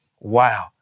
Wow